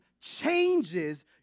changes